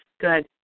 good